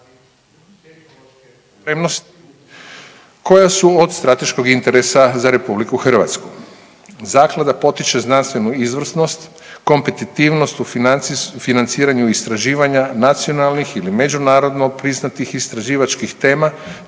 koja su od strateškog interesa za RH. Zaklada potiče znanstvenu izvrsnost, kompetitivnost u financiranju istraživanja, nacionalnih ili međunarodno priznatih istraživačkih tema